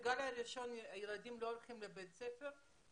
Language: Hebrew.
שמאז הגל הראשון הילדים לא הולכים לבית ספר?